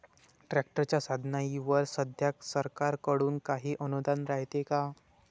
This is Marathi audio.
ट्रॅक्टरच्या साधनाईवर सध्या सरकार कडून काही अनुदान रायते का?